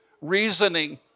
reasoning